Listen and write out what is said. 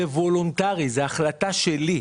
זה וולונטרי, זה החלטה שלי.